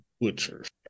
Butchers